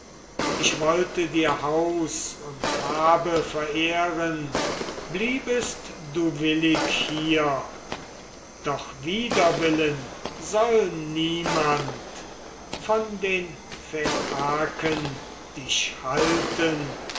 ich wollte dir haus und habe verehren bliebest du willig hier doch wider willen soll niemand von den phaiaken dich halten